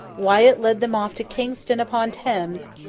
wyat led them off to kingston-upon-thames,